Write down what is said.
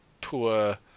poor